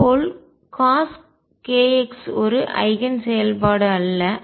இதேபோல் cos kx ஒரு eigen செயல்பாடு அல்ல